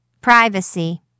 privacy